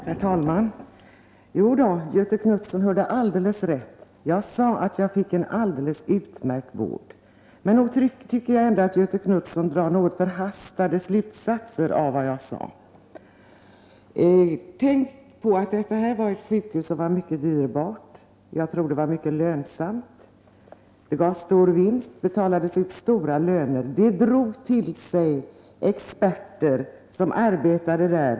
Herr talman! Jo då, Göthe Knutson hörde alldeles rätt — jag sade att jag fick en alldeles utmärkt vård i USA. Men nog tycker jag att Göthe Knutson drar något förhastade slutsatser av vad jag sade. Tänk på att sjukvården på det här sjukhuset var mycket dyrbar! Jag tror att det var ett mycket lönsamt sjukhus, som gav stor vinst, och det betalades ut stora löner och det drog till sig experter som arbetade där.